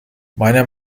meiner